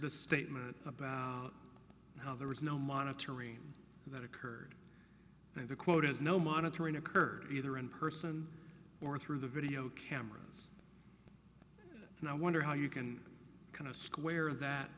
the statement about how there was no monitoring that occurred and the quote is no monitoring occurred either in person or through the video camera and i wonder how you can kind of square that